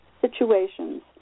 situations